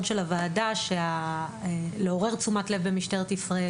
של הוועדה לעורר תשומת לב במשטרת ישראל,